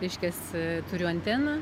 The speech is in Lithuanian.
reiškias turiu anteną